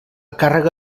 càrrega